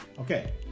Okay